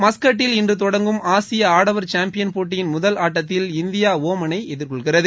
மஸ்கட்டில் இன்று தொடங்கும் ஆசிய ஆடவர் சாம்பியன் போட்டியின் முதல் ஆட்டத்தில் இந்தியா ஒமனை எதிர்கொள்கிறது